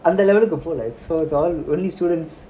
அந்தலெவலுக்குபோகல:antha levalukku pogala only students